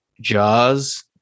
Jaws